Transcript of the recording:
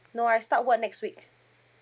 no I start work next week